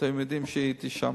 שאתם יודעים שהייתי שם,